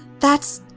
that's.